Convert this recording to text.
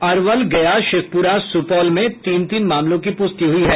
अरवल गया शेखपुरा सुपौल में तीन तीन मामलों की पुष्टि हुई है